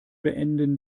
beenden